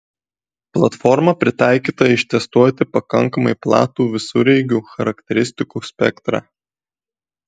platforma pritaikyta ištestuoti pakankamai platų visureigių charakteristikų spektrą